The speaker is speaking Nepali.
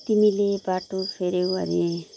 तिमीले बाटो फेर्यौ अरे